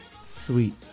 sweet